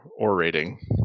orating